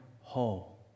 whole